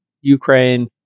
Ukraine